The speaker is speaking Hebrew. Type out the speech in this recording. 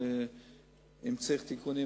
ואם צריך תיקונים,